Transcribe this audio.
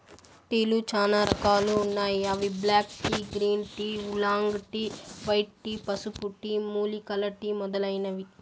టీలు చానా రకాలు ఉన్నాయి అవి black tea, green tea, oolong tea, white tea, పసుపు టీ, మూలికల టీ మొదలైనవి